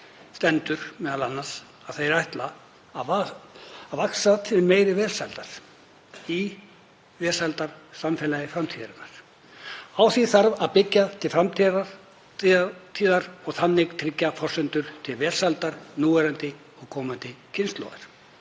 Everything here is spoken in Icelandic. stendur m.a. að þeir ætli að vaxa til meiri velsældar í velsældarsamfélagi framtíðarinnar. Á því þarf að byggja til framtíðar og tryggja þannig forsendur til velsældar núverandi og komandi kynslóða.